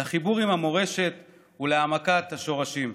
אל החיבור עם המורשת והעמקת השורשים,